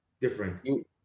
different